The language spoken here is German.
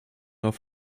auf